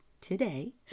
today